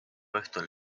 õhtul